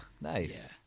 nice